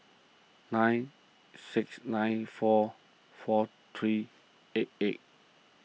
nine six nine four four three eight eight